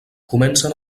comencen